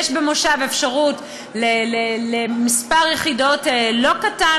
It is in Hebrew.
יש במושב אפשרות למספר יחידות לא קטן,